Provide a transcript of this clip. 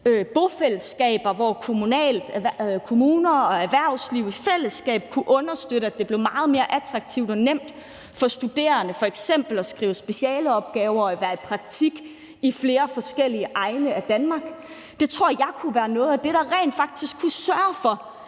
bofællesskaber, hvor kommuner og erhvervsliv i fællesskab kunne understøtte, at det blev meget mere attraktivt og nemt for studerende f.eks. at skrive eksamensopgaver og være i praktik i flere forskellige egne af Danmark. Det tror jeg kunne være noget af det, hvor man rent faktisk med